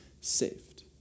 saved